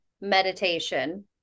meditation